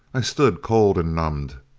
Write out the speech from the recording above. i stood cold and numbed.